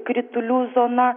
kritulių zona